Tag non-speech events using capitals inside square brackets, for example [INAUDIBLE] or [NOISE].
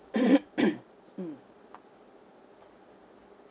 [NOISE] mm